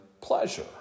pleasure